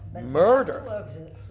Murder